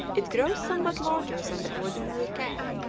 it grows somewhat larger than the ordinary cat,